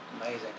Amazing